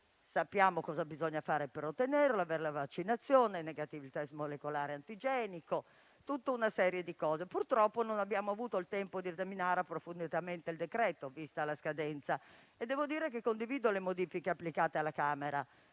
Sappiamo cosa bisogna fare per ottenerlo: avere la vaccinazione o il *test* molecolare o antigenico negativo. Purtroppo non abbiamo avuto il tempo di esaminare approfonditamente il decreto-legge, vista la scadenza, ma devo dire che condivido le modifiche prospettate dalla Camera